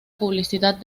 publicidad